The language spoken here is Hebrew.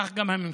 כך גם הממשלה,